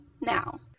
now